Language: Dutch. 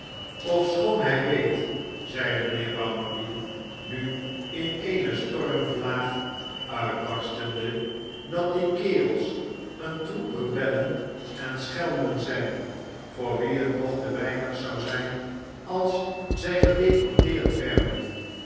ofschobn hij weet zeide mijnheer bounderby nu in eene stormvlaag uitbarstende dat die kerels een troep rebellen en schelmen zijn voor wie het nog te weinig zou zijn als zij gedeporteerd werden